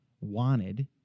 wanted